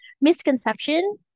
misconception